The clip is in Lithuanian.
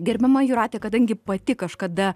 gerbiama jūrate kadangi pati kažkada